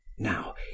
Now